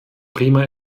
bremer